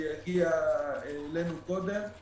היא הגיעה אלינו קודם.